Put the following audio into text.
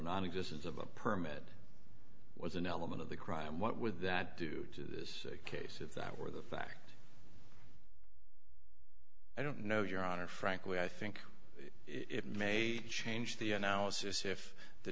nonexistence of a permit was an element of the crime what would that do this case if that were the fact i don't know your honor frankly i think it may change the analysis if the